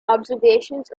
observations